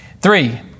Three